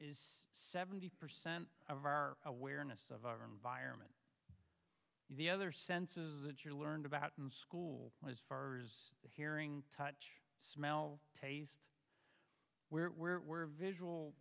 is seventy percent of our awareness of our environment the other senses that you're learned about in school as far as the hearing touch smell taste where we're visual